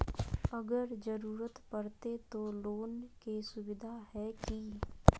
अगर जरूरत परते तो लोन के सुविधा है की?